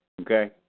Okay